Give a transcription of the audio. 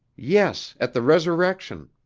yes, at the resurrection.